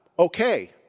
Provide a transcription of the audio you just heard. okay